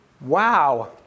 Wow